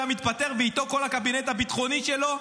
מתפטר ואיתו כל הקבינט הביטחוני שלו?